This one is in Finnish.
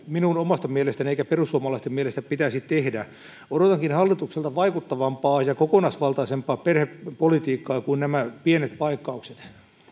minun omasta mielestäni eikä perussuomalaisten mielestä pitäisi tehdä odotankin hallitukselta vaikuttavampaa ja kokonaisvaltaisempaa perhepolitiikkaa kuin nämä pienet paikkaukset